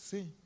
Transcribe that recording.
Sim